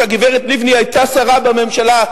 כשהגברת לבני היתה שרה בממשלה,